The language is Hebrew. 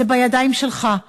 זה בידיים שלך,